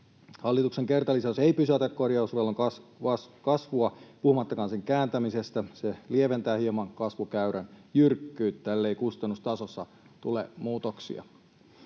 Hallituksen kertalisäys ei pysäytä korjausvelan kasvua, puhumattakaan sen kääntämisestä. Se lieventää hieman kasvukäyrän jyrkkyyttä, ellei kustannustasossa tule muutoksia.